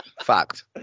Fact